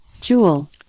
Jewel